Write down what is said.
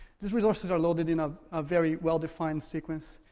these resources are loaded in a ah very well-defined sequence.